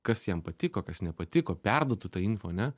kas jam patiko kas nepatiko perduotų tą info ane